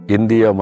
India